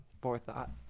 forethought